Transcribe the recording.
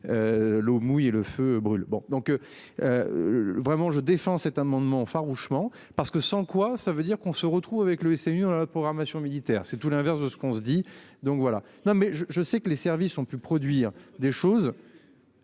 L'eau mouille et le feu brûle bon donc. Vraiment je défends cet amendement farouchement parce que sans quoi, ça veut dire qu'on se retrouve avec le SMI dans la programmation militaire. C'est tout l'inverse de ce qu'on se dit donc voilà non mais je, je sais que les services ont pu produire des choses.